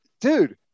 dude